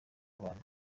abantu